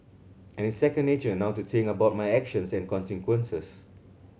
and it's second nature now to think about my actions and consequences